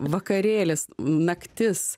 vakarėlis naktis